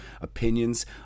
opinions